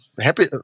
happy